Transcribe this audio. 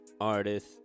artist